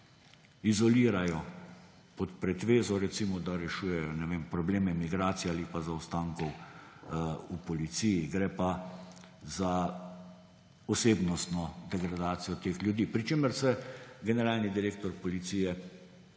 izolirajo pod pretvezo, recimo, da rešujejo probleme migracij ali pa zaostankov v Policiji, gre pa za osebnostno degradacijo teh ljudi. Pri čemer se generalni direktor Policije